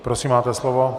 Prosím, máte slovo.